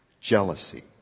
jealousy